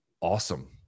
awesome